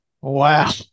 Wow